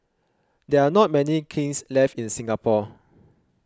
there are not many kilns left in Singapore